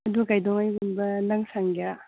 ꯑꯗꯨ ꯀꯩꯗꯧꯉꯩꯒꯨꯝꯕ ꯅꯪ ꯁꯪꯒꯦꯔꯥ